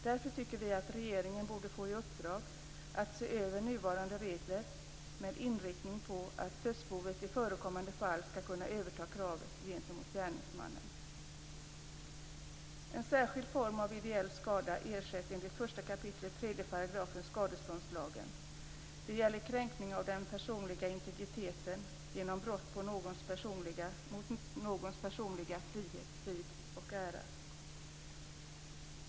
Därför tycker vi att regeringen borde få i uppdrag att se över nuvarande regler med inriktning på att dödsboet i förekommande fall skall kunna överta kravet gentemot gärningsmannen. 1 kap. 3 § skadeståndslagen. Det gäller kränkning av den personliga integriteten genom brott mot någons personliga frihet, frid eller ära.